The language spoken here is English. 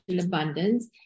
abundance